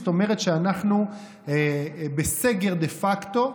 זאת אומרת שאנחנו בסגר דה פקטו,